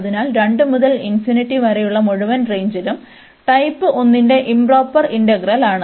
അതിനാൽ 2 മുതൽ വരെയുള്ള മുഴുവൻ റേഞ്ചിലും ടൈപ്പ് 1 ന്റെ ഇoപ്രൊപ്പർ ഇന്റഗ്രലാണ്